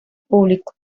público